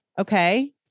okay